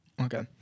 Okay